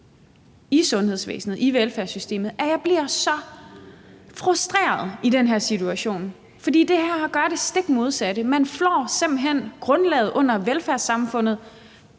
i sundhedsvæsenet, i velfærdssystemet, at jeg bliver så frustreret i den her situation. For det her er at gøre det stik modsatte; man flår simpelt hen grundlaget under velfærdssamfundet